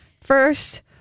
First